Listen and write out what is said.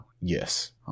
Yes